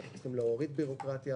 אנחנו צריכים להוריד בירוקרטיה